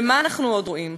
ומה אנחנו עוד רואים?